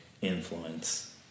Influence